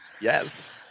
Yes